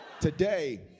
Today